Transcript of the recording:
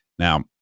Now